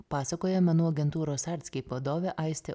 pasakoja mano agentūros artscape vadovė aistė